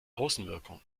außenwirkung